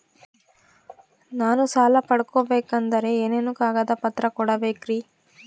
ನಾನು ಸಾಲ ಪಡಕೋಬೇಕಂದರೆ ಏನೇನು ಕಾಗದ ಪತ್ರ ಕೋಡಬೇಕ್ರಿ?